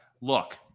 Look